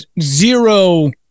zero